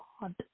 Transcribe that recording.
God